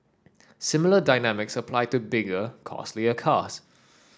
similar dynamics apply to bigger costlier cars